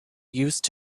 used